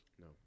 No